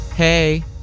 Hey